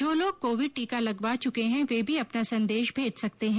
जो लोग कोविड टीका लगवा चुके हैं वे भी अपना संदेश भेज सकते हैं